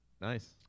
Nice